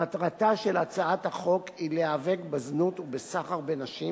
מטרתה של הצעת החוק היא להיאבק בזנות ובסחר בנשים